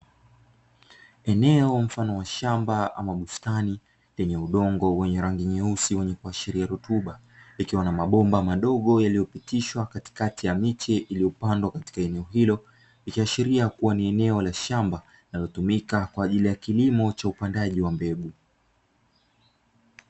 Eneo mfano wa shamba ama bustani lenye udongo wenye rangi nyeusi wenye kuashiria rutuba, ikiwa na mabomba madogo yaliyopitishwa katikati ya miche iliyopandwa katika eneo hilo, ikiashiria kuwa ni eneo la shamba linalotumika kwa ajili ya kilimo cha upandaji wa mbegu.